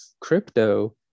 crypto